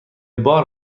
بار